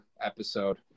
episode